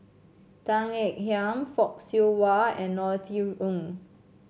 Tan Ean Kiam Fock Siew Wah and Norothy Ng